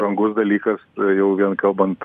brangus dalykas jau vien kalbant